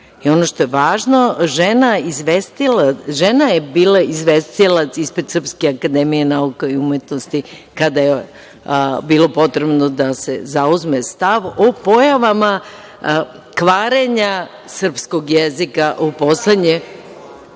što je važno – žena je bila izvestilac ispred Srpske akademije nauka i umetnosti kada je bilo potrebno da se zauzme stav o pojavama kvarenja srpskoj jezika u poslednje…(Vjerica